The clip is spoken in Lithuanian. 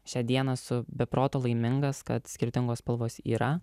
šią dieną esu be proto laimingas kad skirtingos spalvos yra